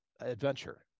adventure